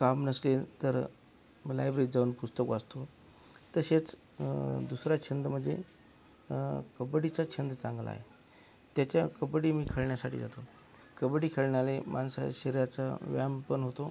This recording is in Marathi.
काम नसेल तर मग लायब्ररीत जाऊन पुस्तक वाचतो तसेच दुसरा छंद म्हणजे कबड्डीचा छंद चांगला आहे त्याच्या कबड्डी मी खेळण्यासाठी जातो कबड्डी खेळण्याने माणसाचे शरीराचा व्यायाम पण होतो